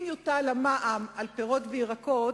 אם יוטל מע"מ על פירות וירקות,